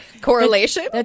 Correlation